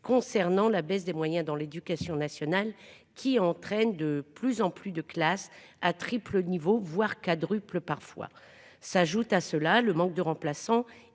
concernant la baisse des moyens dans l'éducation nationale qui entraîne de plus en plus de classes à triple niveaux voire quadruple parfois s'ajoute à cela le manque de remplaçants y